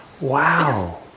Wow